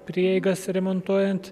prieigas remontuojant